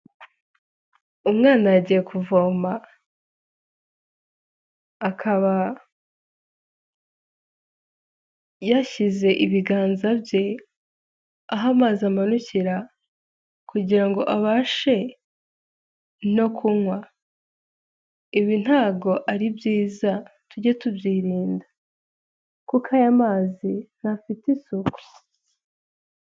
Umwana yagiye kuvoma, akaba yashyize ibiganza bye aho amazi amanukira, kugira ngo abashe no kunywa, ibi ntago ari byiza tujye tubyirinda, kuko aya mazi ntafite isuku.